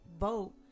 vote